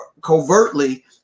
covertly